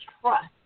trust